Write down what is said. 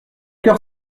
cœur